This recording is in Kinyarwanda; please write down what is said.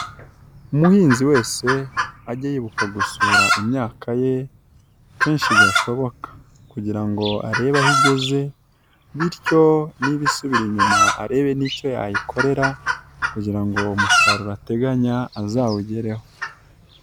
Umuhinzi wese ajye yibuka gusura imyaka ye kenshi gashoboka kugira ngo arebe aho igeze bityo niba isubira inyuma arebe n'icyo yayikorera kugira ngo umusaruro ateganya azawugereho.